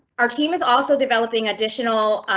our team is also developing additional